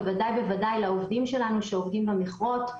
בוודאי לעובדים שלנו שעובדים במכרות.